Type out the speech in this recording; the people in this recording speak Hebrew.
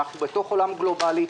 אנחנו בתוך עולם גלובלי.